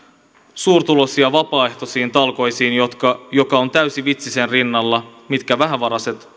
suurituloisia vapaaehtoisiin talkoisiin mikä on täysi vitsi sen rinnalla mitä vähävaraiset